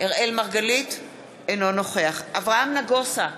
אינו נוכח אברהם נגוסה,